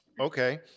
Okay